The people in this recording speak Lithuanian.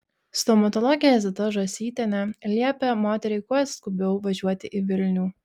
stomatologė zita žąsytienė liepė moteriai kuo skubiau važiuoti į vilnių